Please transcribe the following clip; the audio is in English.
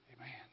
Amen